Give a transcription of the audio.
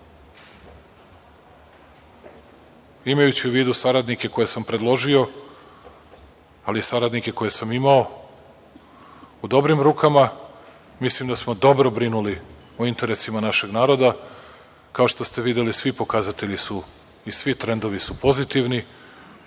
imajući u vidu saradnike koje sam predložio, ali i saradnike koje sam imao, u dobrim rukama. Mislim da smo dobro brinuli o interesima našeg naroda. Kao što ste videli, svi pokazatelji i svi trendovi su pozitivni.